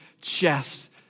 chest